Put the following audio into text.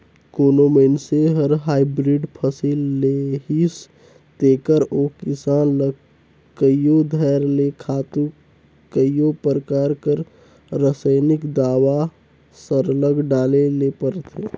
कोनो मइनसे हर हाईब्रिड फसिल लेहिस तेकर ओ किसान ल कइयो धाएर ले खातू कइयो परकार कर रसइनिक दावा सरलग डाले ले परथे